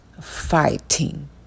fighting